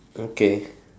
okay